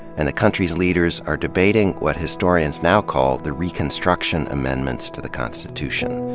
and the country's leaders are debating what historians now call the reconstruction amendments to the constitution.